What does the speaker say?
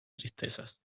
tristezas